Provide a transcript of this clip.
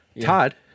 Todd